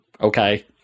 Okay